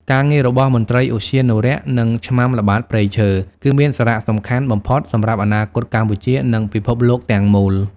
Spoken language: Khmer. ការងាររបស់មន្ត្រីឧទ្យានុរក្ស និងឆ្មាំល្បាតព្រៃឈើ គឺមានសារៈសំខាន់បំផុតសម្រាប់អនាគតកម្ពុជា និងពិភពលោកទាំងមូល។